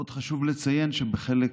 עוד חשוב לציין שבחלק